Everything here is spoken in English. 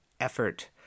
effort